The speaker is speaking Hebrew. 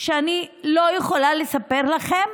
שאני לא יכול לתאר לכם